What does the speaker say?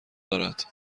دارد